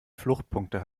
fluchtpunkte